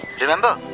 Remember